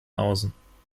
außen